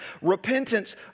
Repentance